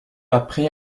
après